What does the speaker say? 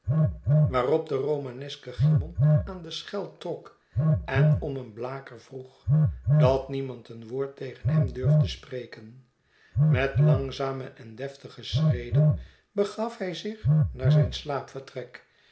waarop de romaneske cymon aan de schel trok en om een blaker vroeg dat niemand een woord tegen hem durfde spreken met langzame en deftige schreden begaf hij zich naar zijn